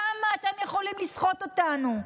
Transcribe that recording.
כמה אתם יכולים לסחוט אותנו?